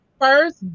first